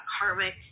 karmic